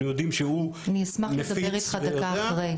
יודעים שהוא נפיץ --- אני אשמח לדבר איתך דקה אחרי הדיון.